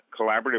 collaborative